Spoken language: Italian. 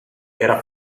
era